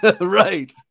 Right